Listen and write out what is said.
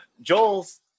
Joel's